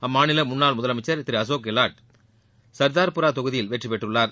அம்மாநில முன்னாள் முதலமைச்சர் திரு அசோக் கெலாட் சர்தார்புரா தொகுதியில் வெற்றி பெற்றுள்ளார்